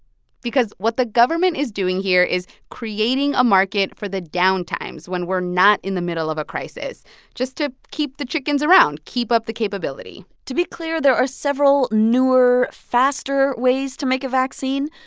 because what the government is doing here is creating a market for the down times when we're not in the middle of a crisis just to keep the chickens around, keep up the capability to be clear, there are several newer, faster ways to make a vaccine.